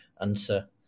answer